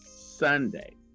Sunday